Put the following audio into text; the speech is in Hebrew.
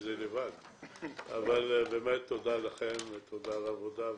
תודה לכם, תודה על העבודה,